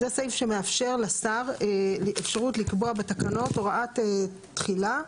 זה סעיף שמאפשר לשר אפשרות לקבוע בתקנות הוראת תחילה.